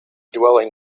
dwelling